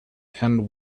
and